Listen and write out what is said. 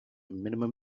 minimum